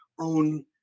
own